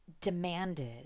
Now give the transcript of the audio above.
demanded